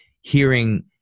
hearing